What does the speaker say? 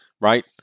Right